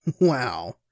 Wow